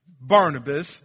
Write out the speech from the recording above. Barnabas